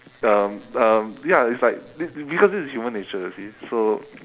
um um ya it's like be~ because this is human nature you see so